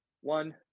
One